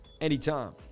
Anytime